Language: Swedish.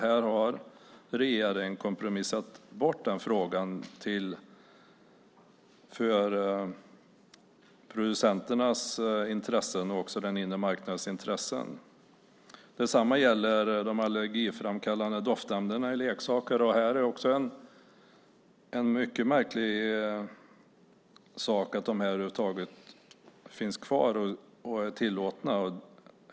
Här har regeringen kompromissat bort den frågan till förmån för producenternas intressen och också den inre marknadens intressen. Detsamma gäller de allergiframkallande doftämnena i leksaker. Det är också en mycket märklig sak att de över huvud taget finns kvar och är tillåtna.